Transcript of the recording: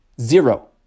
Zero